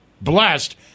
blessed